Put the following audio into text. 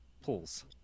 Pulls